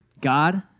God